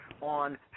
on